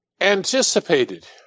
anticipated